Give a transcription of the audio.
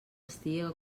estiga